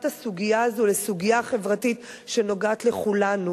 הסוגיה הזאת לסוגיה חברתית שנוגעת לכולנו,